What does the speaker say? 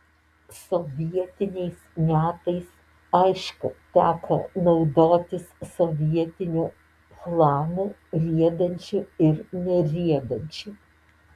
sovietiniais metais aišku teko naudotis sovietiniu chlamu riedančiu ir neriedančiu